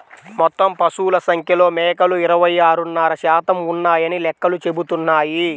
మొత్తం పశువుల సంఖ్యలో మేకలు ఇరవై ఆరున్నర శాతం ఉన్నాయని లెక్కలు చెబుతున్నాయి